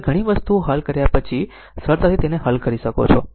હવે ઘણી વસ્તુઓ હલ કર્યા પછી સરળતાથી તેને હલ કરી શકો છો